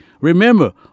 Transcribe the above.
Remember